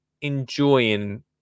enjoying